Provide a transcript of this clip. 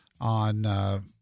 on –